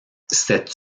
cette